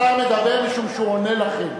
השר מדבר משום שהוא עונה לכם,